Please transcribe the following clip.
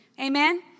Amen